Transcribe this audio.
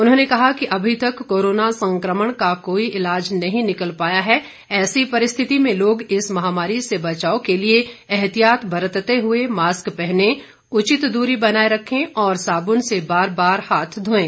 उन्होंने कहा कि अभी तक कोरोना संकमण का कोई इलाज नहीं निकल पाया है ऐसी परिस्थिति में लोग इस महामारी से बचाव के लिए एहतियात बरतते हुए मास्क पहने उचित दूरी बनाए रखें और साबुन से बार बार हाथ धोएं